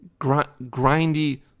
grindy